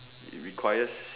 it requires